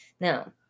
Now